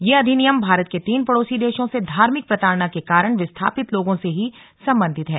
ये अधिनियम भारत के तीन पड़ोसी देशों से धार्मिक प्रताड़ना के कारण विस्थापित लोगों से ही संबंधित है